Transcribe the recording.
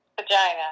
Vagina